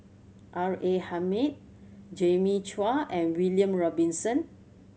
R A Hamid Jimmy Chua and William Robinson